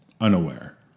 unaware